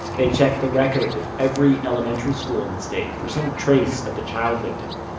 they checked the records of every elementary school in the state for some trace of the child victim.